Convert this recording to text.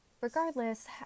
Regardless